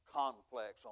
complex